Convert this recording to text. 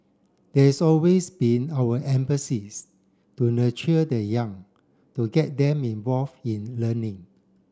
there is always been our emphasis to nurture the young to get them involve in learning